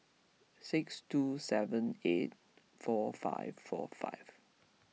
six two seven eight four five four five